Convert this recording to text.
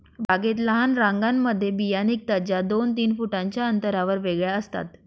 बागेत लहान रांगांमध्ये बिया निघतात, ज्या दोन तीन फुटांच्या अंतरावर वेगळ्या असतात